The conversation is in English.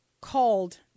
called